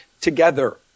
together